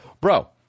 Bro